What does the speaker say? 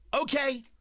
Okay